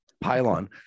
pylon